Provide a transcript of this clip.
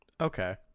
Okay